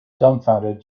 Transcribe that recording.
dumbfounded